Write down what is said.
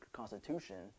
constitution